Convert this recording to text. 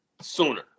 sooner